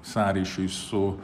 sąryšiai su